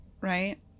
right